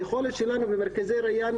היכולת שלנו במרכזי ריאן